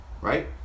Right